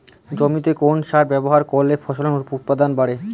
জমিতে কোন সার ব্যবহার করলে ফসলের উৎপাদন বাড়ে?